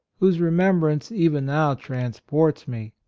whose remem brance even now transports me.